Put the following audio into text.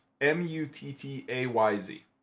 M-U-T-T-A-Y-Z